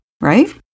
right